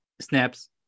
snaps